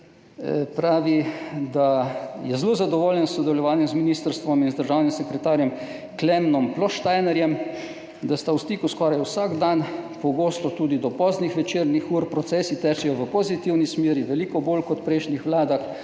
pravi, da je zelo zadovoljen s sodelovanjem z ministrstvom in z državnim sekretarjem dr. Klemnom Ploštajnerjem, da sta v stiku skoraj vsak dan, pogosto tudi do poznih večernih ur, procesi tečejo v pozitivni smeri, veliko bolj kot v prejšnjih vladah